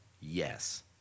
Yes